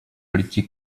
прийти